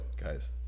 guys